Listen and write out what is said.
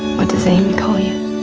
what does amy call you?